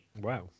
wow